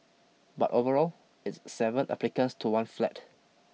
but overall it's seven applicants to one flat